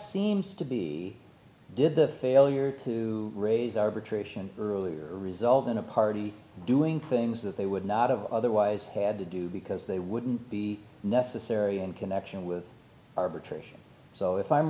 seems to be did the failure to raise arbitration earlier result in a party doing things that they would not have otherwise had to do because they wouldn't be necessary in connection with arbitration so if i'm